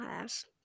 Yes